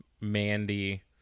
Mandy